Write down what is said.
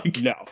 No